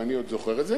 ואני עוד זוכר את זה,